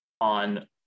on